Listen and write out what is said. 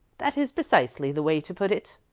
that is precisely the way to put it,